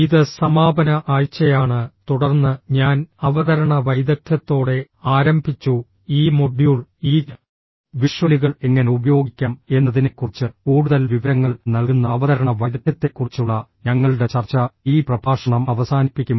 ഇത് സമാപന ആഴ്ചയാണ് തുടർന്ന് ഞാൻ അവതരണ വൈദഗ്ധ്യത്തോടെ ആരംഭിച്ചു ഈ മൊഡ്യൂൾ ഈ വിഷ്വലുകൾ എങ്ങനെ ഉപയോഗിക്കാം എന്നതിനെക്കുറിച്ച് കൂടുതൽ വിവരങ്ങൾ നൽകുന്ന അവതരണ വൈദഗ്ധ്യത്തെക്കുറിച്ചുള്ള ഞങ്ങളുടെ ചർച്ച ഈ പ്രഭാഷണം അവസാനിപ്പിക്കും